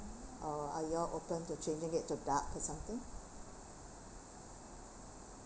or are you all open to changing it to duck or something